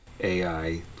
AI